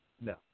no